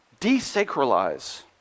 desacralize